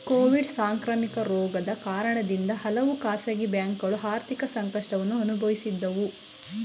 Covid ಸಾಂಕ್ರಾಮಿಕ ರೋಗದ ಕಾರಣದಿಂದ ಹಲವು ಖಾಸಗಿ ಬ್ಯಾಂಕುಗಳು ಆರ್ಥಿಕ ಸಂಕಷ್ಟವನ್ನು ಅನುಭವಿಸಿದವು